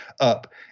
up